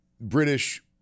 British